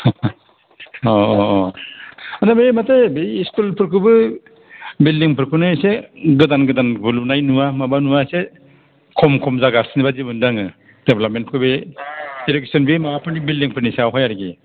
औ औ औ ओमफ्राय बे माथो बे इस्कुलफोरखौबो बिल्दिंफोरखौनो एसे गोदान गोदानबो लुनाय नुवा माबो नुवा एसे खम खम जागासिनो बायदि मोनदों आङो देब्लाबमेन्टखौ बे इदुकेसन बे माबाफोरनि बिल्दिंफोरनि सायावहाय आरोखि